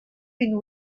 been